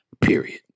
Period